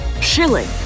chilling